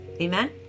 Amen